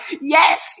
yes